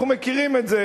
אנחנו מכירים את זה.